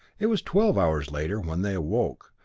it was twelve hours later when they awoke,